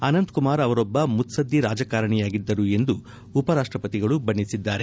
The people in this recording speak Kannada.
ಅನಂತಕುಮಾರ್ ಅವರೊಬ್ಬ ಮುತ್ಪದ್ದಿ ರಾಜಕಾರಿಣೆಯಾಗಿದ್ದರು ಎಂದು ಉಪರಾಷ್ಟ ಪತಿಗಳು ಬಣ್ಣಿಸಿದ್ದಾರೆ